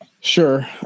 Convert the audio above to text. Sure